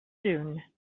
dune